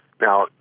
Now